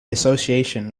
association